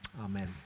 Amen